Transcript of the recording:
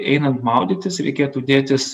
einant maudytis reikėtų dėtis